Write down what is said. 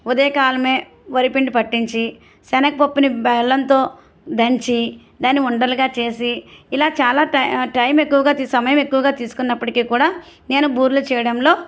ఉదయ కాలమే వరి పిండి పట్టించి శనగపప్పుని బెల్లంతో దంచి దాన్నీ ఉండలుగా చేసి ఇలా చాలా టైమ్ టైమ్ ఎక్కువ సమయం ఎక్కువగా తీసుకున్నప్పటికీ కూడా నేను బూరెలు చేయడంలో